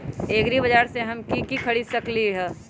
एग्रीबाजार से हम की की खरीद सकलियै ह?